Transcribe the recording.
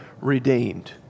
redeemed